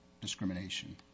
discrimination